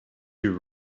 you